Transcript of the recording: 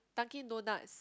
Dunkin Donuts